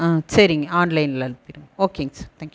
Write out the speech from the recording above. ஆ சரிங்க ஆன்லைனில் அனுப்பிடுங்க ஓகேங்க சார் தேங்க் யூ